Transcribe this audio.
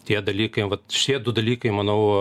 tie dalykai vat šie du dalykai manau